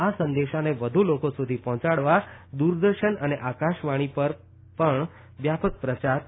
આ સંદેશાને વધુ લોકો સુધી પહોંચાડવા દુરદર્શન અને આકાશવાણી પર વ્યાપક પ્રચાર કરાશે